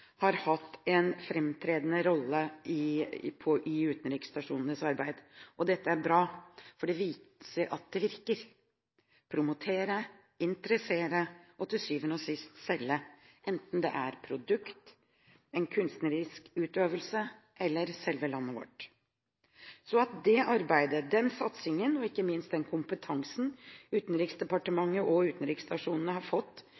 har hatt en fremtredende rolle i utenriksstasjonenes arbeid. Dette er bra, for det viser at det virker: Promotere, interessere og til syvende og sist selge – enten det gjelder et produkt, en kunstnerisk utøvelse, eller selve landet vårt. Så det arbeidet og den satsingen Utenriksdepartementet og utenriksstasjonene har gjort, og ikke minst den kompetansen de har fått,